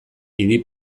idi